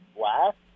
last